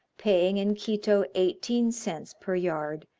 paying in quito eighteen cents per yard,